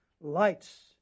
Lights